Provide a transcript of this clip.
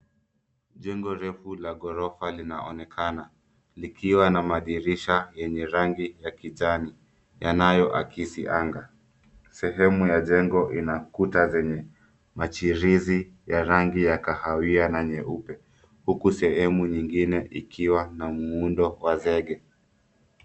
Jengo refu la ghorofa linaonekana likiwa na madirissha enye rangi ya kijani yanayoakisi anga. Sehemu ya jengo ina kuta zenye machirizi ya rangi ya kahawia na nyeupe huku sehemu nyingine ikiwa na muundo wa zege.